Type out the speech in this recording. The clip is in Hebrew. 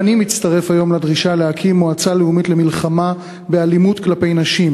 גם אני מצטרף היום לדרישה להקים מועצה לאומית למלחמה באלימות כלפי נשים,